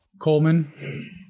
Coleman